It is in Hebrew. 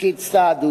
הסעד הוא